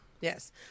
Yes